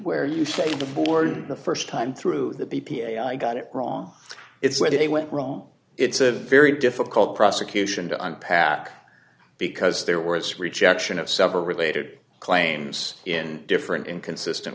where you say the born the first time through the b p a i got it wrong it's where they went wrong it's a very difficult prosecution to unpack because there were it's rejection of several related claims in different inconsistent